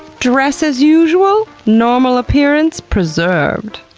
dress as usual. normal appearance preserved.